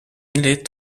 needed